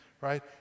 right